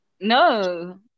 No